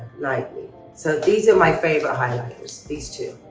lightly so these are my favorite highlighters, these two.